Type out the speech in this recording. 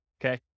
okay